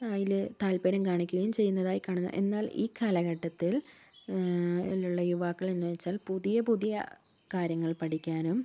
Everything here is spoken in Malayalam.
അതില് താല്പര്യം കാണിക്കുകയും ചെയ്യുന്നതായി കാണുന്നു എന്നാൽ ഈ കാലഘട്ടത്തിൽ ഇതിലുള്ള യുവാക്കൾ എന്നുവെച്ചാൽ പുതിയ പുതിയ കാര്യങ്ങൾ പഠിക്കാനും